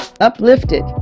uplifted